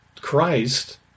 Christ